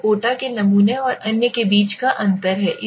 यह कोटा के नमूने और अन्य के बीच का अंतर है